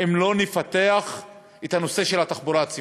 אם לא נפתח את הנושא של התחבורה הציבורית.